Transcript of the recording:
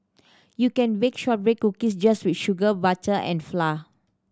you can bake shortbread cookies just with sugar butter and flour